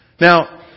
Now